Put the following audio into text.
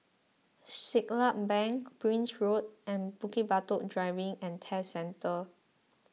Siglap Bank Prince Road and Bukit Batok Driving and Test Centre